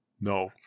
No